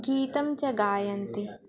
गीतं च गायन्ति